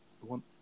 one